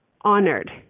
honored